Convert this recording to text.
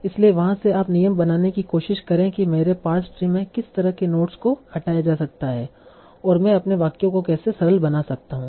इसलिए वहाँ से आप नियम जानने की कोशिश करें कि मेरे पार्स ट्री में किस तरह के नोड्स को हटाया जा सकता है और मैं अपने वाक्यों को कैसे सरल बना सकता हूँ